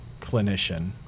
clinician